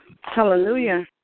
Hallelujah